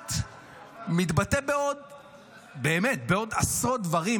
המוחלט מתבטא באמת בעוד עשרות דברים,